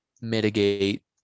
mitigate